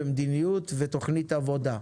מדיניות ותוכנית עבודה.